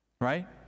right